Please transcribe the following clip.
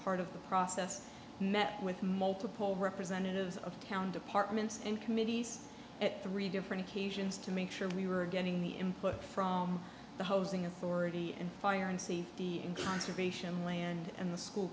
part of the process met with multiple representatives of town departments and committees at three different occasions to make sure we were getting the input from the housing authority and fire and safety and conservation land and the school